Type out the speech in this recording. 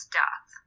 death